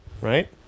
Right